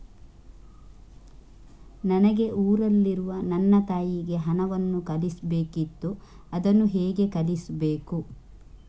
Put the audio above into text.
ನನಗೆ ಊರಲ್ಲಿರುವ ನನ್ನ ತಾಯಿಗೆ ಹಣವನ್ನು ಕಳಿಸ್ಬೇಕಿತ್ತು, ಅದನ್ನು ಹೇಗೆ ಕಳಿಸ್ಬೇಕು?